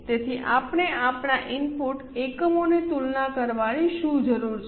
તેથી આપણે આપણા ઇનપુટ એકમોની તુલના કરવાની શું જરૂર છે